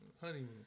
Honeymoon